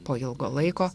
po ilgo laiko